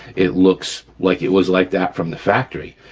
it looks like it was like that from the factory.